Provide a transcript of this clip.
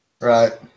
Right